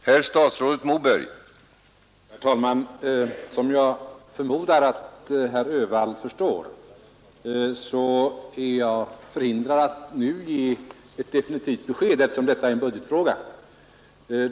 Herr talman! Som jag förmodar att herr Öhvall förstår är jag förhindrad att nu ge ett definitivt besked, eftersom detta är en budgetfråga.